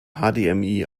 hdmi